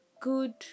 good